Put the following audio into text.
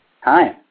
Hi